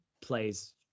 Plays